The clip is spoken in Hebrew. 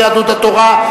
יהדות התורה,